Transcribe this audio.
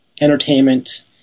entertainment